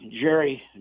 Jerry